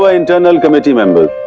ah internal committee members.